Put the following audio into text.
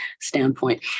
standpoint